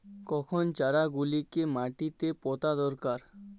কখন চারা গুলিকে মাটিতে পোঁতা দরকার?